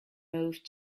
moved